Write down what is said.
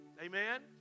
amen